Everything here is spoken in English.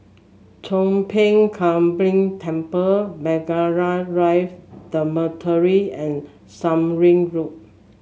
Chong Pang Temple Margaret Rive Dormitory and Surin Road